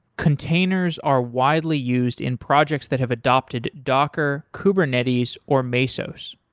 containers are widely used in projects that have adopted docker, kubernetes or mesos.